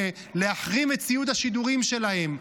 להחרים את ציוד השידורים שלהם,